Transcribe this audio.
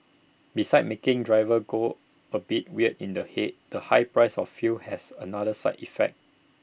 besides making drivers go A bit weird in the Head the high price of fuel has had another side effect